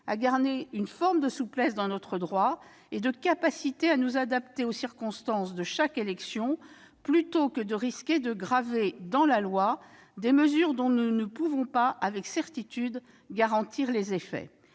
à garder une forme de souplesse dans notre droit et de capacité à nous adapter aux circonstances de chaque élection, plutôt que de risquer de graver dans la loi des mesures dont nous ne pouvons pas avec certitude garantir les effets.